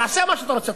תעשה מה שאתה רוצה,